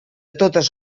totes